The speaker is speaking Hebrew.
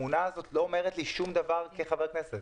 התמונה הזאת לא אומרת לי שום דבר כחבר כנסת.